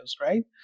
right